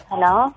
Hello